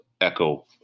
echo